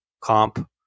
comp